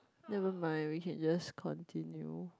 never mind we can just continue